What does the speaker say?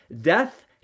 Death